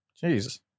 Jesus